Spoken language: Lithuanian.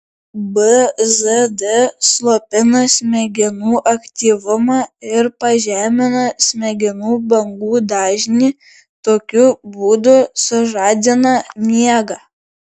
bzd slopina smegenų aktyvumą ir pažemina smegenų bangų dažnį tokiu būdu sužadina miegą